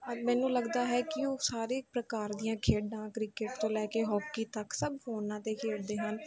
ਔਰ ਮੈਨੂੰ ਲੱਗਦਾ ਹੈ ਕਿ ਉਹ ਸਾਰੇ ਪ੍ਰਕਾਰ ਦੀਆਂ ਖੇਡਾਂ ਕ੍ਰਿਕਟ ਤੋਂ ਲੈ ਕੇ ਹਾਕੀ ਤੱਕ ਸਭ ਫੋਨਾਂ 'ਤੇ ਖੇਡਦੇ ਹਨ